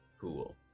Cool